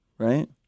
Right